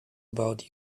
about